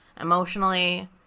emotionally